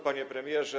Panie Premierze!